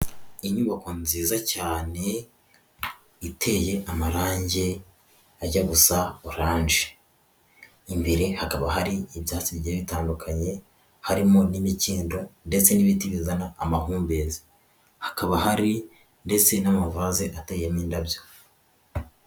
Inyubako nziza cyane iteye amarange ajya gusa oranje. Imbere hakaba hari ibyatsi bigiye bitandukanye harimo n'imikindo ndetse n'ibiti bizana amahumbezi. Hakaba hari ndetse n'amavaze ateyemo indabyo.